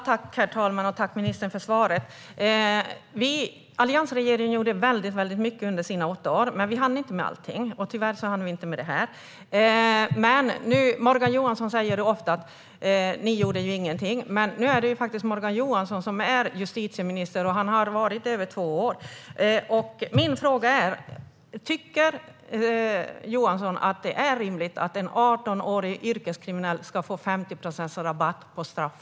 Herr talman! Tack, ministern, för svaret! Alliansregeringen gjorde mycket under sina åtta år, men vi hann inte med allting. Tyvärr hann vi inte med detta. Morgan Johansson säger ofta att vi inte gjorde någonting. Men nu är det faktiskt Morgan Johansson som är justitieminister, och det har han varit i över två år. Min fråga är: Tycker Johansson att det är rimligt att en 18-årig yrkeskriminell ska få 50 procents rabatt på straff?